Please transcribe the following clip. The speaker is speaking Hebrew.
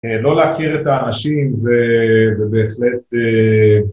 לא להכיר את האנשים זה, זה בהחלט...